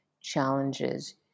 challenges